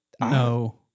No